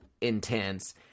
intense